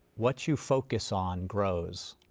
what you focus on grows,